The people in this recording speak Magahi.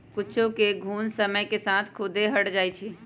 कुछेक घुण समय के साथ खुद्दे हट जाई छई